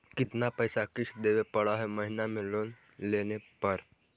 कितना पैसा किस्त देने पड़ है महीना में लोन लेने पर?